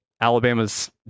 Alabama's